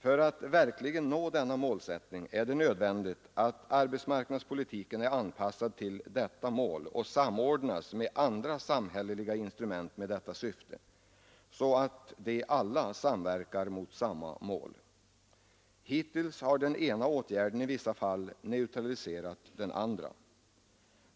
För att vi verkligen skall nå detta mål är det nödvändigt att arbetsmarknadspolitiken är anpassad till och samordnad med andra samhälleliga instrument med dessa syften, så att de alla ssamverkar mot samma mål. Hittills har den ena åtgärden i vissa fall neutraliserat den andra.